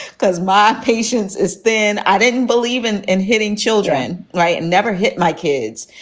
because my patience is thin. i didn't believe in in hitting children. right. and never hit my kids.